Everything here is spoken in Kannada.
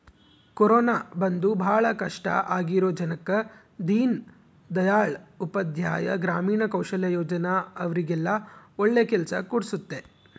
ಕೊರೋನ ಬಂದು ಭಾಳ ಕಷ್ಟ ಆಗಿರೋ ಜನಕ್ಕ ದೀನ್ ದಯಾಳ್ ಉಪಾಧ್ಯಾಯ ಗ್ರಾಮೀಣ ಕೌಶಲ್ಯ ಯೋಜನಾ ಅವ್ರಿಗೆಲ್ಲ ಒಳ್ಳೆ ಕೆಲ್ಸ ಕೊಡ್ಸುತ್ತೆ